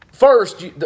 First